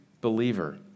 believer